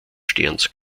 sterns